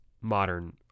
modern